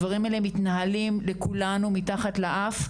הדברים האלה מתנהלים לכולנו מתחת לאף,